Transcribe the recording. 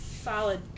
Solid